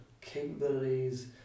capabilities